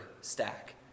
stack